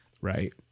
Right